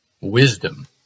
wisdom